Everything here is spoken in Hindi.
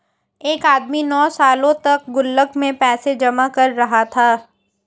एक आदमी नौं सालों तक गुल्लक में पैसे जमा कर रहा था